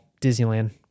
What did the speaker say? disneyland